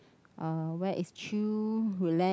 uh where it's chew